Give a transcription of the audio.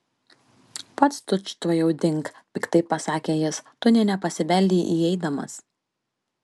pats tučtuojau dink piktai pasakė jis tu nė nepasibeldei įeidamas